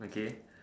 okay